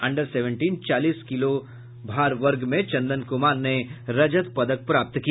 under seventeen चालीस किलो भार वर्ग में चंदन कुमार ने रजत पदक प्राप्त किया